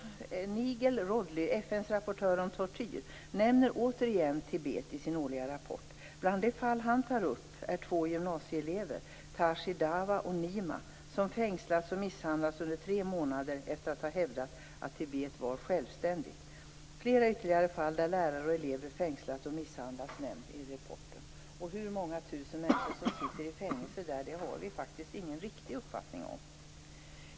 Nigel Rodley, FN:s rapportör om tortyr, nämner återigen Tibet i sin årliga rapport. Bland de fall han tar upp är ett om två gymnasieelever, Tashi Dawa och Flera ytterligare fall där lärare och elever fängslats och misshandlats nämns i rapporten. Hur många tusen människor som sitter i fängelse har vi ingen riktig uppfattning om.